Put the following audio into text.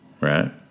right